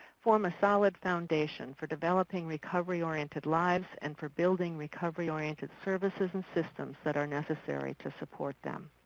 form a solid foundation for developing recovery oriented lives and for building recovery oriented services and systems that are necessary to support them.